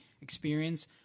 experience